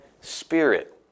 spirit